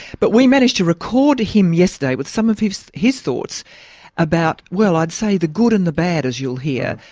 but we managed to record him yesterday with some of his his thoughts about, well, i'd say the good and the bad, as you'll hear,